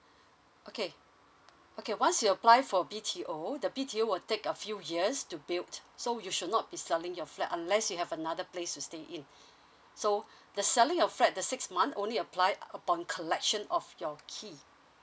okay okay once you applied for B_T_O the B_T_O will take a few years to build so you should not be selling your flat unless you have another place to stay in so the selling of flat the six month only apply upon collection of your key